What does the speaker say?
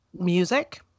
Music